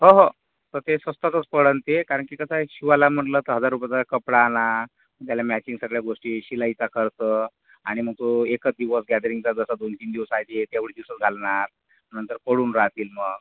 हो हो त ते स्वस्तातच पडेल ते कारण की कसं आहे शिवायला म्हटलं तर हजार रुपयाचा कपडा आला त्याला मॅचिंग सगळ्या गोष्टी शिलाईचा खर्च आणि मग तो एकच दिवस गॅदरिंगचा जसा दोन तीन दिवस आहे ते तेवढेच दिवस घालणार नंतर पडून राहतील मग